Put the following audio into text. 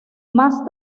más